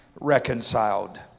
reconciled